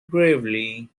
gravely